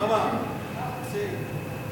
חוק לתיקון פקודת הרוקחים (מס' 18),